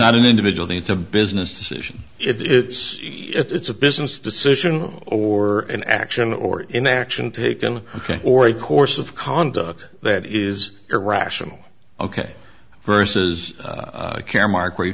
not an individual thing to business decision it's it's a business decision or an action or inaction taken or a course of conduct that is irrational ok versus caremark where you